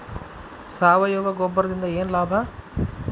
ಸಾವಯವ ಗೊಬ್ಬರದಿಂದ ಏನ್ ಲಾಭ?